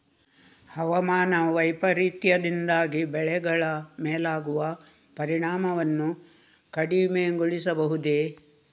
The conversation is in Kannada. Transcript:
ಹವಾಮಾನ ವೈಪರೀತ್ಯದಿಂದಾಗಿ ಬೆಳೆಗಳ ಮೇಲಾಗುವ ಪರಿಣಾಮವನ್ನು ಕಡಿಮೆಗೊಳಿಸಬಹುದೇ?